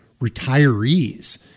retirees